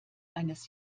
eines